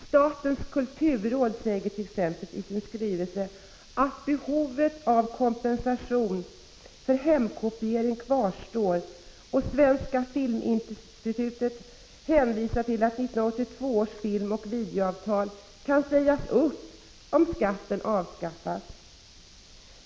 Statens kulturråd säger t.ex. i sin skrivelse att behovet av kompensation för hemkopiering kvarstår, och Svenska filminstitutet hänvisar till att 1982 års och filmoch videoavtal kan sägas upp om skatten avskaffas.